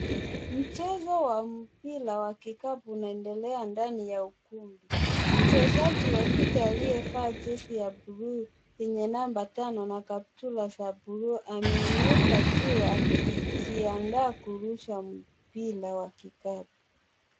Mchezo wa mpira wa kikapu unaendelea ndani ya ukumbi. Mchezaji wa kike aliyevaa jezi ya blue yenye namba tano na kaptura za blue ameinuka juu akijiandaa kurusha mpira wa kikapu.